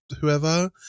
whoever